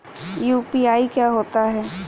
UPI क्या होता है?